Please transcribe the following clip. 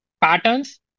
patterns